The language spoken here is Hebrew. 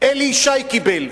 אלי ישי קיבל.